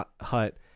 hut